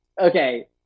okay